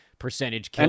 percentage